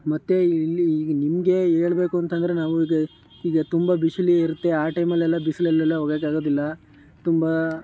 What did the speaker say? ಮತ್ತು ಇಲ್ಲಿ ಈಗ ನಿಮಗೆ ಹೇಳ್ಬೇಕು ಅಂತಂದರೆ ನಾವು ಈಗ ಈಗ ತುಂಬ ಬಿಸಿಲು ಇರುತ್ತೆ ಆ ಟೈಮಲ್ಲೆಲ್ಲ ಬಿಸಿಲಲ್ಲೆಲ್ಲ ಒಗೆಯೋಕ್ಕಾಗದಿಲ್ಲ ತುಂಬ